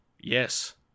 Yes